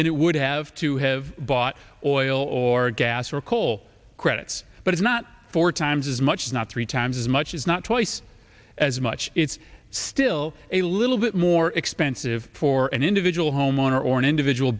than it would have to have bought oil or gas or coal credits but it's not four times as much not three times as much as not twice as much it's still a little bit more expensive for an individual homeowner or an individual